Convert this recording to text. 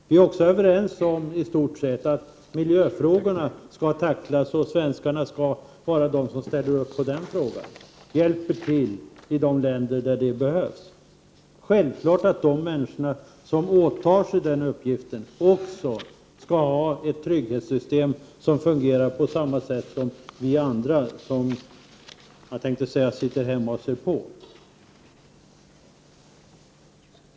Vi är också i stort sett överens om att miljöfrågorna skall tacklas och att svenskarna skall ställa upp i sammanhanget och hjälpa till i de länder där det behövs: Det är självklart att de människor som åtar sig den uppgiften skall ha ett trygghetssystem som fungerar på samma sätt som det gör för oss andra som — höll jag på att säga — sitter hemma och ser på.